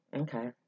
okay